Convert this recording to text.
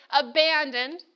abandoned